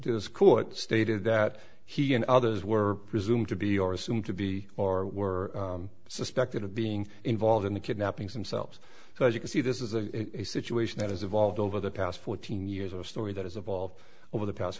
this court stated that he and others were presumed to be or assumed to be or were suspected of being involved in the kidnappings themselves so as you can see this is a situation that has evolved over the past fourteen years a story that is of all over the past